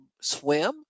swim